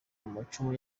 amacumu